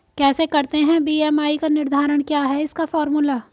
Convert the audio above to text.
कैसे करते हैं बी.एम.आई का निर्धारण क्या है इसका फॉर्मूला?